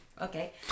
Okay